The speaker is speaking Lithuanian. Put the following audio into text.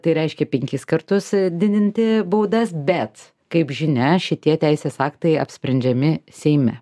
tai reiškia penkis kartus didinti baudas bet kaip žinia šitie teisės aktai apsprendžiami seime